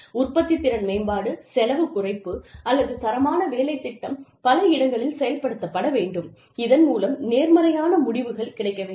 உற்பத்தி திறன் மேம்பாடு செலவுக் குறைப்பு அல்லது தரமான வேலைத் திட்டம் பல இடங்களில் செயல்படுத்தப்பட வேண்டும் இதன் மூலம் நேர்மறையான முடிவுகள் கிடைக்க வேண்டும்